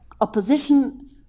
opposition